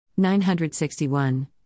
961